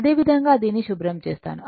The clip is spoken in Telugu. అదేవిధంగా దీనిని శుభ్రం చేస్తాను